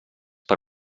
per